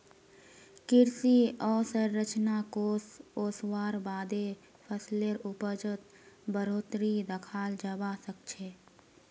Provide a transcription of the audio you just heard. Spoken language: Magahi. कृषि अवसंरचना कोष ओसवार बादे फसलेर उपजत बढ़ोतरी दखाल जबा सखछे